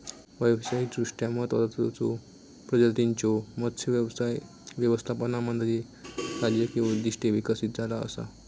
व्यावसायिकदृष्ट्या महत्त्वाचचो प्रजातींच्यो मत्स्य व्यवसाय व्यवस्थापनामध्ये राजकीय उद्दिष्टे विकसित झाला असा